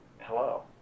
hello